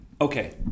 Okay